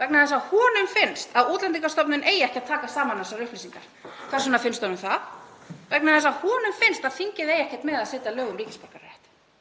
Vegna þess að honum finnst að Útlendingastofnun eigi ekki að taka saman þessar upplýsingar. Hvers vegna finnst honum það? Vegna þess að honum finnst að þingið eigi ekkert með að setja lög um ríkisborgararétt.